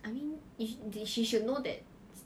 I mean did she she should know that